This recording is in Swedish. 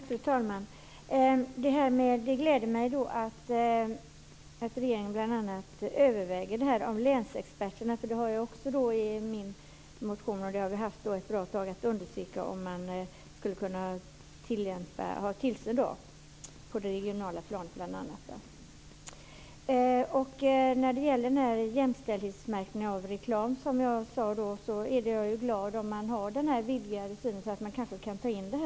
Fru talman! Det gläder mig att regeringen bl.a. överväger det här med länsexperterna, för det har jag också med i min motion - och det har vi haft ett bra tag. Det handlar bl.a. om att undersöka om man skulle kunna ha tillsyn på det regionala planet. Jag är glad om man har den här vidgade synen när det gäller jämställdhetsmärkningen av reklam, så att man kanske kan ta in detta.